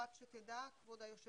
רק שתדע כבוד היושב-ראש,